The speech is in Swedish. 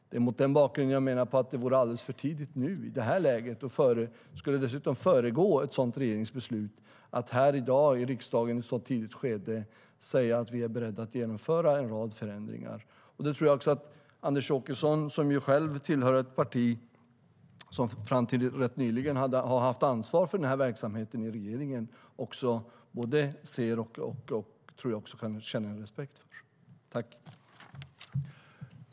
Det är mot den bakgrunden jag menar att det vore alldeles för tidigt och dessutom skulle föregå ett sådant regeringsbeslut att här i dag, i riksdagen, i ett så tidigt skede säga att vi är beredda att genomföra en rad förändringar. Jag tror också att Anders Åkesson, som tillhör det parti som fram till ganska nyligen har haft ansvar för den här verksamheten i regeringen, både ser och kan känna respekt för det.